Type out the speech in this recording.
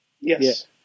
Yes